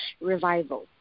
Revival